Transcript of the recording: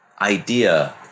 idea